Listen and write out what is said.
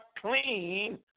clean